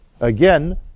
Again